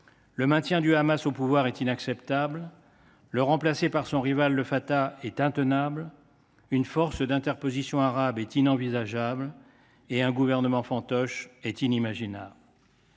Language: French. le maintien du Hamas au pouvoir est inacceptable, son remplacement par son rival, le Fatah, est intenable, une force d’interposition arabe est inenvisageable et un gouvernement fantoche est inimaginable.